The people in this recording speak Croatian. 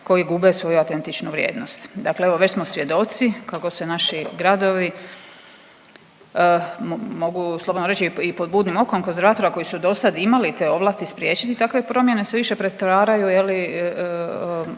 koji gube svoju autentičnu vrijednost? Dakle, evo već smo svjedoci kako se naši gradovi mogu slobodno reći i pod budnim okom konzervatora koji su dosad imali te ovlasti spriječiti takve promjene sve više pretvaraju je li